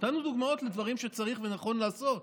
נתנו דוגמאות לדברים שצריך ונכון לעשות,